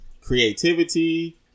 Creativity